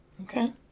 Okay